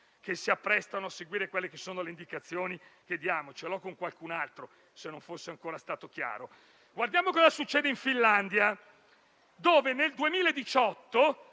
che si apprestano a seguire le indicazioni che diamo loro; ce l'ho con qualcun altro, se non fosse ancora chiaro. Guardiamo cosa succede in Finlandia, dove nel 2018